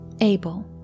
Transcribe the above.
Abel